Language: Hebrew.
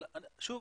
שוב,